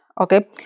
okay